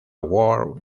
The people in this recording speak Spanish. world